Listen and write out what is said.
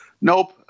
nope